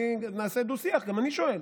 נעשה דו-שיח, גם אני שואל.